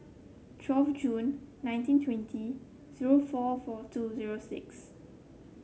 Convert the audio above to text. twelfth Jun nineteen twenty zero four four two zero six